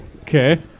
Okay